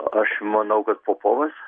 aš manau kad popovas